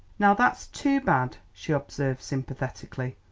now that's too bad, she observed sympathetically.